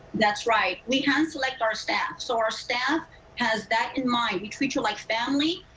that's right. we hand select our staff so our staff has that in mind. we treat you like family,